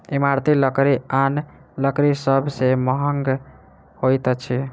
इमारती लकड़ी आन लकड़ी सभ सॅ महग होइत अछि